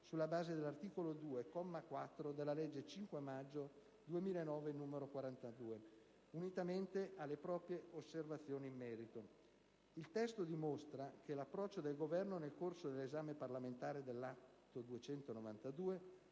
sulla base dell'articolo 2, comma 4, della legge 5 maggio 2009, n. 42, unitamente alle proprie osservazioni in merito. Il testo dimostra che l'approccio del Governo nel corso dell'esame parlamentare dell'atto n.